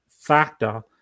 factor